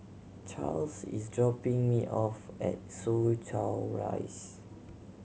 Charls is dropping me off at Soo Chow Rise